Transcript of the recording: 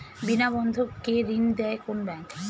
বিনা বন্ধক কে ঋণ দেয় কোন ব্যাংক?